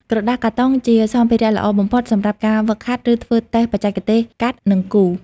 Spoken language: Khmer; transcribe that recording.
ក្រដាសកាតុងជាសម្ភារៈល្អបំផុតសម្រាប់ការហ្វឹកហាត់ ឬធ្វើតេស្តបច្ចេកទេសកាត់ និងគូរ។